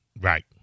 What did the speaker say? right